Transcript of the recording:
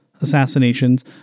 Assassinations